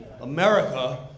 America